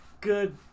good